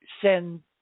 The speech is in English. send